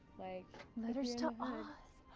like letters to oz!